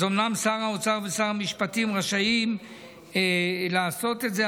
אז אומנם שר האוצר ושר המשפטים רשאים לעשות את זה,